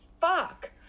fuck